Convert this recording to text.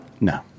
No